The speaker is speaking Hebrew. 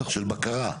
של בקרה?